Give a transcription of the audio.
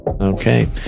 Okay